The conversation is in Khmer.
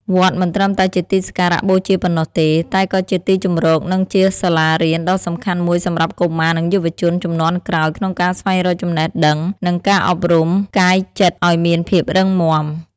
វត្តមិនត្រឹមតែជាទីសក្ការបូជាប៉ុណ្ណោះទេ តែក៏ជាទីជម្រកនិងជាសាលារៀនដ៏សំខាន់មួយសម្រាប់កុមារនិងយុវជនជំនាន់ក្រោយក្នុងការស្វែងរកចំណេះដឹងនិងការអប់រំកាយចិត្តឲ្យមានភាពរឹងមាំ។